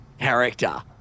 character